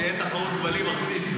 שתהיה תחרות גמלים ארצית.